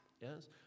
yes